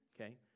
Okay